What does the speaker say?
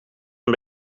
een